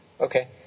Okay